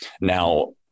Now